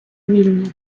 вільно